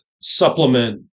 supplement